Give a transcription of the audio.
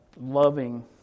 loving